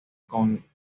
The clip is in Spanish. con